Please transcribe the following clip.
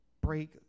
Break